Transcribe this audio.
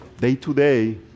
day-to-day